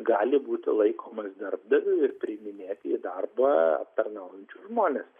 gali būti laikomas darbdaviu ir priiminėti į darbą aptarnaujančius žmones